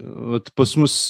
vat pas mus